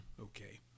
Okay